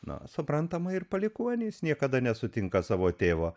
na suprantama ir palikuonys niekada nesutinka savo tėvo